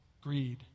greed